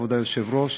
כבוד היושב-ראש,